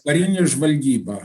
karinė žvalgyba